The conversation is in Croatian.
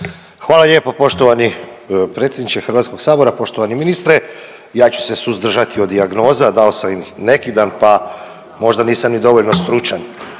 Hvala lijepo poštovani predsjedniče Hrvatskog sabora. Poštovani ministre ja ću se suzdržati od dijagnoza, dao sam ih neki dan pa možda nisam ni dovoljno stručan.